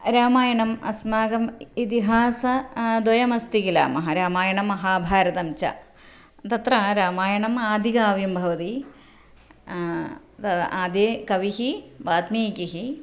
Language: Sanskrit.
रामायणम् अस्माकम् इतिहासः द्वयमस्ति किल महान् रामायणमहाभारतं च तत्र रामायणम् आदिकाव्यं भवति तद् आदिकविः वात्मीकिः